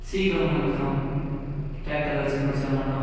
சீக்கிரம் முடிஞ்சுடும் டிராக்டரை வச்சு முடித்தா மட்டும்